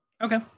Okay